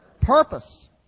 purpose